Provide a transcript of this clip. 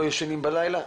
שהוא לא ישן בלילה,